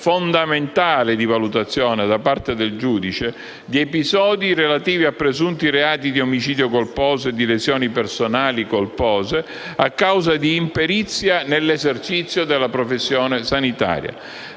fondamentale di valutazione, da parte del giudice, di episodi relativi a presunti reati di omicidio colposo e di lesioni personali colpose a causa di imperizia nell'esercizio della professione sanitaria.